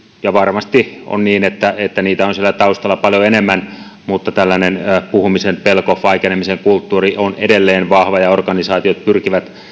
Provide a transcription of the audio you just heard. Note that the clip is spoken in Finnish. ja varmasti on niin että että niitä on siellä taustalla paljon enemmän mutta puhumisen pelko vaikenemisen kulttuuri ovat edelleen vahvoja ja organisaatiot pyrkivät